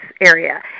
area